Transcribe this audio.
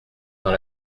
dans